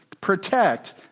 protect